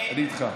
אני איתך.